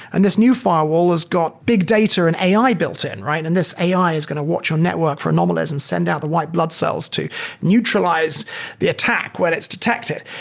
and this new firewall has got big data and ai built-in, and this ai is going to watch your network for anomalies and send out the white blood cells to neutralize the attack when it's detected.